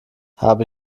habe